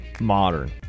modern